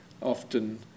often